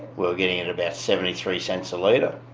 were getting it at about seventy three cents a litre.